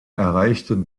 erreichten